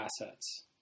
assets